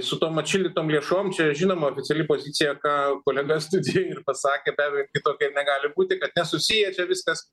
su tom atšildytom lėšom čia žinoma oficiali pozicija ką kolega studijoj ir pasakė be abejo kitokia ir negali būti kad nesusiję čia viskas